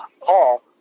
Paul